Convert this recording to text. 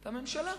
את הממשלה.